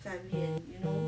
family and you know